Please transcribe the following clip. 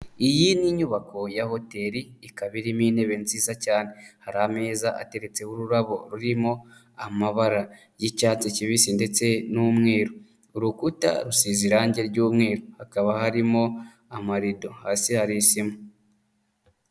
Iyi ni inyubako ya hoteli ikaba irimo intebe nziza cyane, hari ameza ateretseho ururabo rurimo amabara y'icyatsi kibisi ndetse n'umweru, urukuta rusize irange ry'umweru, hakaba harimo amarido hasi hari isima.